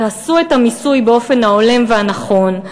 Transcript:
תעשו את המיסוי באופן ההולם והנכון,